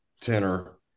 tenor